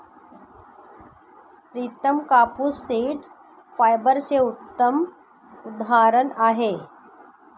प्रितम कापूस सीड फायबरचे उत्तम उदाहरण आहे